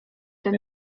ten